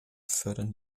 fördern